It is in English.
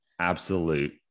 absolute